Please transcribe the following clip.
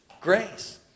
grace